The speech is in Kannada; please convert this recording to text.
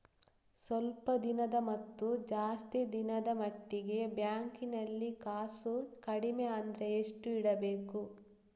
ಸ್ವಲ್ಪ ದಿನದ ಮತ್ತು ಜಾಸ್ತಿ ದಿನದ ಮಟ್ಟಿಗೆ ಬ್ಯಾಂಕ್ ನಲ್ಲಿ ಕಾಸು ಕಡಿಮೆ ಅಂದ್ರೆ ಎಷ್ಟು ಇಡಬೇಕು?